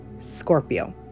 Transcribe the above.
scorpio